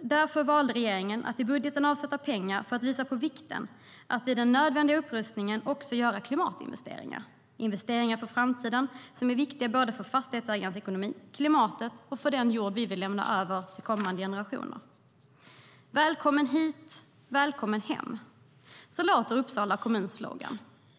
Därför valde regeringen att i budgeten avsätta pengar och visa på vikten av att det i samband med de nödvändiga upprustningarna även måste göras klimatinvesteringar. Det är investeringar för framtiden, viktiga för fastighetsägarnas ekonomi, för klimatet och för den jord vi vill lämna över till kommande generationer. Välkommen hit, välkommen hem! Så lyder Uppsala kommuns slogan.